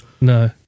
no